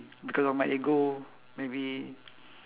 because of my ego maybe